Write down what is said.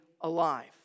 alive